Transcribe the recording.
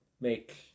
make